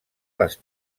les